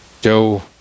Joe